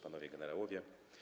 Panowie Generałowie!